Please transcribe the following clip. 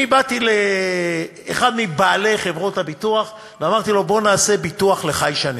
אני באתי לאחד מבעלי חברות הביטוח ואמרתי לו: בוא נעשה ביטוח לח"י שנים,